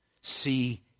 see